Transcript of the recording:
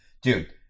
Dude